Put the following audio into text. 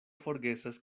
forgesas